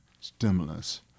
stimulus